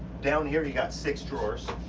down here you got six drawers,